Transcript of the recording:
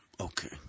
Okay